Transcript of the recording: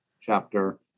chapter